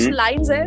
lines